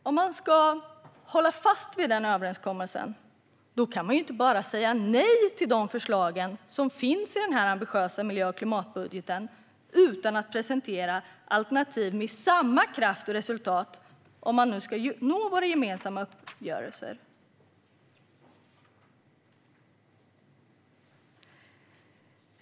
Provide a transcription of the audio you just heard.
Om man ska hålla fast vid denna överenskommelse kan man inte bara säga nej till de förslag som finns i denna ambitiösa miljö och klimatbudget utan att presentera alternativ med samma kraft och resultat om man ska nå våra gemensamma uppgörelser.